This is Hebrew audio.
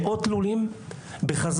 מאות לולים בחזון,